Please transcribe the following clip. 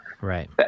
right